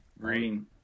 Green